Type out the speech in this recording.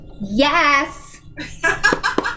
Yes